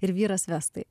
ir vyras vestai